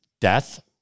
death